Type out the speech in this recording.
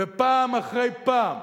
ופעם אחרי פעם,